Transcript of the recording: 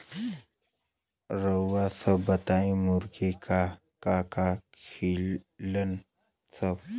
रउआ सभ बताई मुर्गी का का खालीन सब?